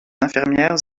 infirmières